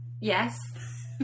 yes